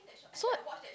so